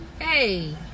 Hey